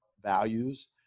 values